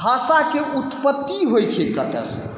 भाषाके उत्पत्ति होइ छै कतऽसँ